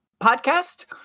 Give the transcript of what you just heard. podcast